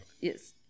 yes